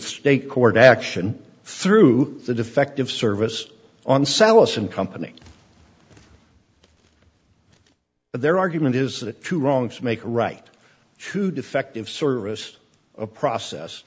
state court action through the defective service on salus and company but their argument is that two wrongs make a right to defective service a process